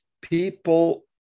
People